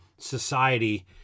society